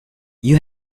you